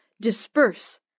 disperse